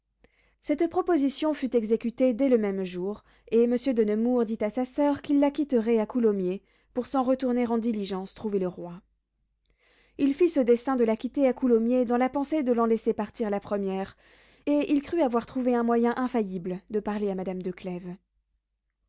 cette proposition fut exécutée dès le même jour et monsieur de nemours dit à sa soeur qu'il la quitterait à coulommiers pour s'en retourner en diligence trouver le roi il fit ce dessein de la quitter à coulommiers dans la pensée de l'en laisser partir la première et il crut avoir trouvé un moyen infaillible de parler à madame